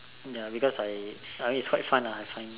ya because I I mean it's quite fun ah I find